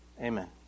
Amen